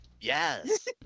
Yes